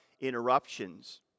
interruptions